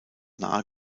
nahe